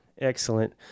Excellent